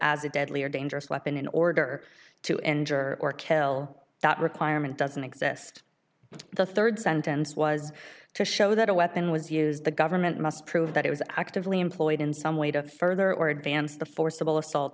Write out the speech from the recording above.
as a deadly or dangerous weapon in order to injure or kill that requirement doesn't exist the rd sentence was to show that a weapon was used the government must prove that it was actively employed in some way to further or advance the forcible assault